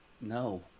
No